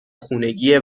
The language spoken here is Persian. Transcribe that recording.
خونگیه